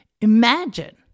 Imagine